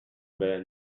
bel